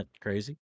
Crazy